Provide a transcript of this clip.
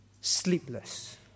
sleepless